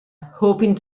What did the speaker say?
hoping